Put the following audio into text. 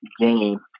game